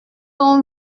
ont